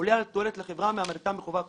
עולה על התועלת לחברה מהעמדתם בחובת הבחינות".